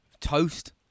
Toast